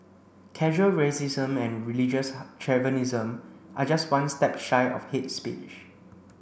casual racism and religious chauvinism are just one step shy of hate speech